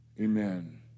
Amen